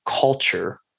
culture